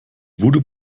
voodoo